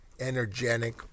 energetic